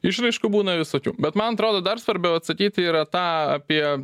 išraiškų būna visokių bet man atrodo dar svarbiau atsakyti yra tą apie